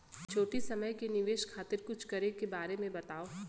छोटी समय के निवेश खातिर कुछ करे के बारे मे बताव?